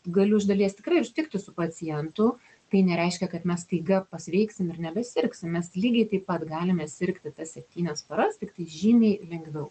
galiu iš dalies tikrai ir sutikti su pacientu tai nereiškia kad mes staiga pasveiksim ir nebesirgsim mes lygiai taip pat galime sirgti tas septynias paras tiktai žymiai lengviau